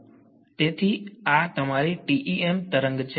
તેથી આ તમારી TEM તરંગ છે